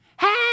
hey